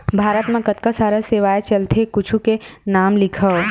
भारत मा कतका सारा सेवाएं चलथे कुछु के नाम लिखव?